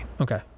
Okay